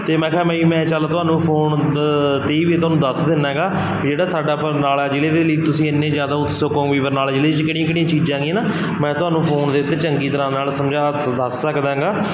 ਅਤੇ ਮੈਖਾਂ ਬਈ ਮੈਂ ਚਲ ਤੁਹਾਨੂੰ ਫੋਨ ਵੀ ਤੁਹਾਨੂੰ ਦੱਸ ਦਿੰਦਾ ਹੈਗਾ ਜਿਹੜਾ ਸਾਡਾ ਬਰਨਾਲਾ ਜ਼ਿਲ੍ਹੇ ਦੇ ਲਈ ਤੁਸੀਂ ਇੰਨੇ ਜ਼ਿਆਦਾ ਉਤਸੁਕ ਹੋਗੇ ਬਰਨਾਲਾ ਜ਼ਿਲ੍ਹੇ 'ਚ ਕਿਹੜੀਆਂ ਕਿਹੜੀਆਂ ਚੀਜ਼ਾਂ ਹੈਗੀਆਂ ਨਾ ਮੈਂ ਤੁਹਾਨੂੰ ਫੋਨ ਦੇ ਉੱਤੇ ਚੰਗੀ ਤਰ੍ਹਾਂ ਨਾਲ ਸਮਝਾ ਦੱਸ ਸਕਦਾ ਹੈਗਾ